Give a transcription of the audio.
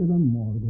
and more